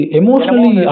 emotionally